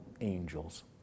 angels